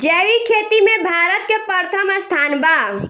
जैविक खेती में भारत के प्रथम स्थान बा